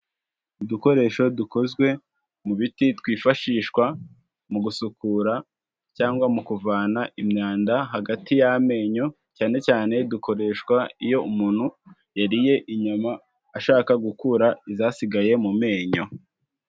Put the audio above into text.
Udukoresho dukozwe mu biti, twifashishwa mu gusukura cyangwa mu kuvana imyanda hagati y'amenyo, cyane cyane dukoreshwa iyo umuntu yariye inyama, ashaka gukura izasigaye mu menyo.